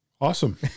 Awesome